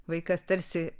vaikas tarsi